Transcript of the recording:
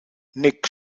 nick